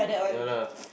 ya lah